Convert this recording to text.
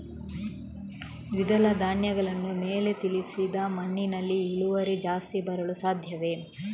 ದ್ವಿದಳ ಧ್ಯಾನಗಳನ್ನು ಮೇಲೆ ತಿಳಿಸಿ ಮಣ್ಣಿನಲ್ಲಿ ಇಳುವರಿ ಜಾಸ್ತಿ ಬರಲು ಸಾಧ್ಯವೇ?